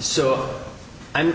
so i'm